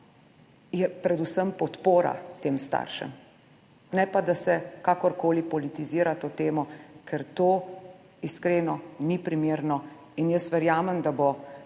je predvsem podpora tem staršem, ne pa da se kakorkoli politizira to temo, ker to iskreno ni primerno. Jaz verjamem, da bo